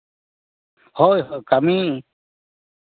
ᱦᱳᱭ ᱦᱳᱭ ᱠᱟᱹᱢᱤ